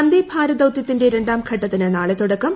വന്ദേഭാരത് ദൌതൃത്തിന്റെ രണ്ടാംഘട്ടത്തിന് നാളെ തുടക്കം